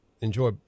enjoy